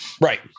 Right